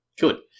Good